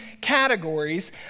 categories